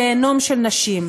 גיהינום לנשים.